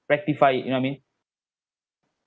rectify it you know what I mean